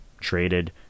traded